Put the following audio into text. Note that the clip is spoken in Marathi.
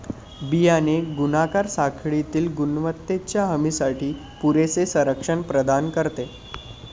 बियाणे गुणाकार साखळीतील गुणवत्तेच्या हमीसाठी पुरेसे संरक्षण प्रदान करते